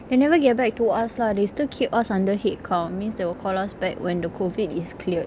they never get back to us lah they still keep us under headcount means they will call us back when the COVID is cleared